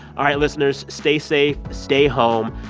all right, listeners. stay safe. stay home.